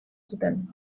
zuten